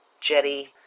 jetty